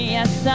Yes